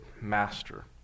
master